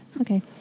Okay